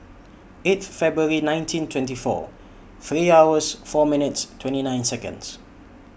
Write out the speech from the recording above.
eight February nineteen twenty four three hours four minutes twenty nine Seconds